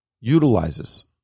utilizes